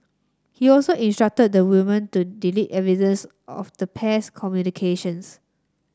he also instructed the woman to delete evidence of the pair's communication